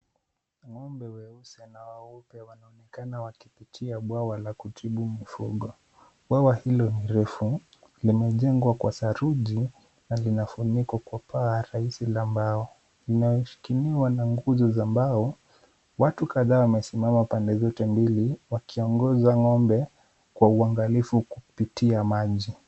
Ng'ombe weusi na weupe wanaonekana wakipitia kwenye bwawa la kutibu mifugo. Bwawa hilo ni lefu na limejengwa kwa saruji na linafunikwa kwa paa rahisi la mbao, linalosshikiliwa kwa nguzo la mbao. Watu kadhaa wamesimama pande zote mbili wakiongoza ng'ombe kwa uangalifu kupitia maji.